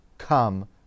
come